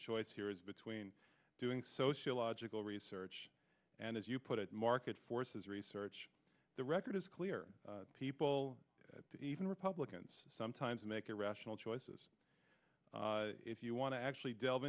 choice here is between doing social logical research and as you put it market forces research the record is clear people even republicans sometimes make a rational choices if you want to actually delve